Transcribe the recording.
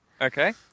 Okay